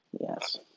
Yes